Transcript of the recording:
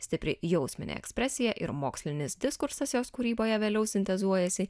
stipri jausminė ekspresija ir mokslinis diskursas jos kūryboje vėliau sintezuojasi